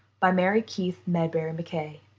by mary keith medbery mackaye